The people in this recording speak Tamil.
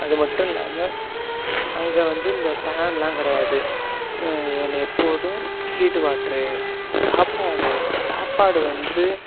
அது மட்டும் இல்லாமல் அங்கே வந்து இந்த ஃபேன்லாம் கிடையாது எப்போதும் ஹீட் வாட்ரு சாப்பாடு சாப்பாடு வந்து